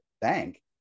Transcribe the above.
bank